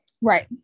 Right